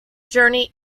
journey